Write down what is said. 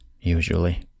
usually